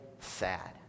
sad